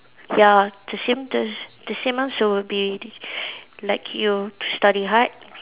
ya the the would be like you to study hard